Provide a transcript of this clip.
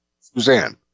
Suzanne